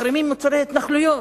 מחרימים מוצרי התנחלויות?